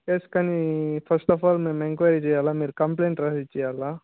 తెలుసు కానీ first of all మేము ఎంక్వైరీ చేయాలా మీరు కంప్లయింట్ రాసిచ్చేయాలా